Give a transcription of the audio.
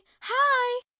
hi